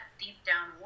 deep-down